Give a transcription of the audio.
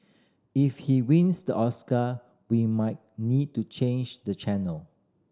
if he wins the Oscar we might need to change the channel